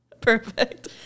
perfect